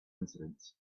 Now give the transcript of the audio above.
incidents